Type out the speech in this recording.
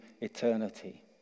eternity